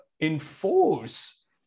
enforce